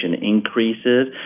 increases